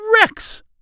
Rex